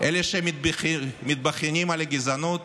אלה שמתבכיינים על הגזענות